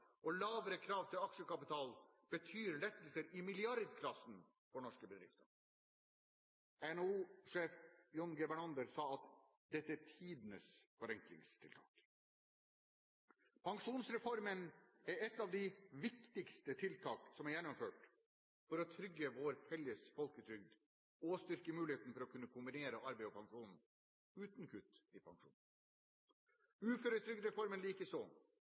og lavere krav til aksjekapital betyr lettelser i milliardklassen for norske bedrifter. NHO-sjef John G. Bernander sa: «Dette er tidenes forenklingstiltak». Pensjonsreformen er et av de viktigste tiltak som er gjennomført for å trygge vår felles folketrygd og styrke muligheten for å kunne kombinere arbeid og pensjon – uten kutt i